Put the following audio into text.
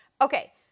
Okay